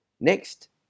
Next